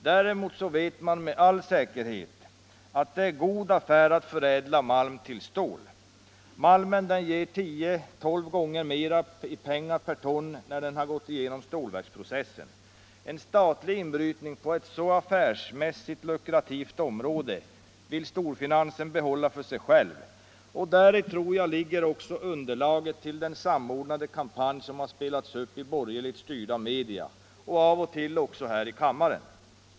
Däremot vet man med säkerhet att det är god affär att förädla malm till stål. Malmen ger tio tolv gånger mera i pengar per ton när den har gått igenom stålverksprocessen. En statlig inbrytning på ett affärsmässigt så lukrativt område vill storfinansen inte veta av, och däri tror jag också underlaget finns till den samordnade kampanj som spelats upp i borgerligt styrda media och av och till även här i kammaren.